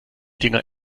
dinger